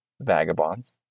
vagabonds